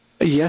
Yes